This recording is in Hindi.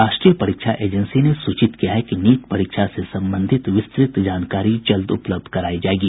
राष्ट्रीय परीक्षा एजेंसी ने सूचित किया है कि नीट परीक्षा से संबंधित विस्तृत जानकारी जल्द उपलब्ध कराई जाएगी